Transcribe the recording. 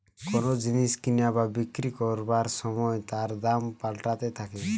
কোন জিনিস কিনা বা বিক্রি করবার সময় তার দাম পাল্টাতে থাকে